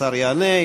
השר יענה,